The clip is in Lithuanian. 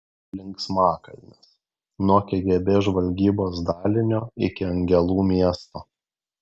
linksmakalnis nuo kgb žvalgybos dalinio iki angelų miesto